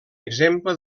exemple